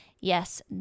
Yes